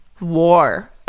war